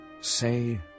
say